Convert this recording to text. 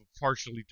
partially